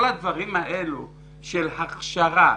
כל ההכשרות,